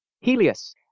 Helios